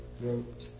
wrote